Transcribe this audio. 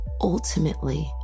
ultimately